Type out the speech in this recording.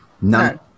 None